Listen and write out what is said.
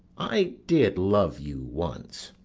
i did love you once.